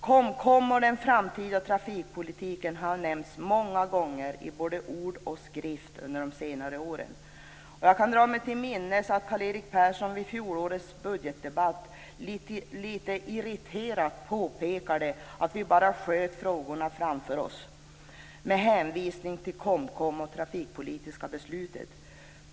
KOMKOM och den framtida trafikpolitiken har nämnts många gånger i både ord och skrift under de senare åren. Jag kan dra mig till minnes att Karl-Erik Persson i fjolårets budgetdebatt litet irriterat påpekade att vi bara sköt frågorna framför oss med hänvisning till KOMKOM och det trafikpolitiska beslutet.